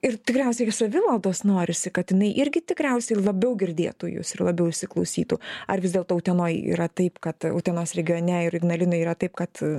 ir tikriausiai savivaldos norisi kad jinai irgi tikriausiai labiau girdėtų jus ir labiau įsiklausytų ar vis dėlto utenoj yra taip kad utenos regione ir ignalinoj yra taip kad